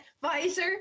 visor